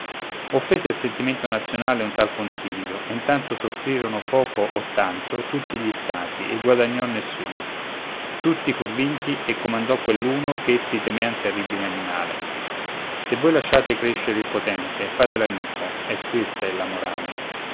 offese il sentimento nazionale un tal consiglio e intanto soffriron poco o tanto tutti gli stati e guadagnò nessuno tutti fr vinti e comandò quell'uno ch'essi temean terribile animale se voi lasciate crescere il potente fatelo amico e questa è la morale